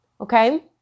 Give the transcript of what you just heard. Okay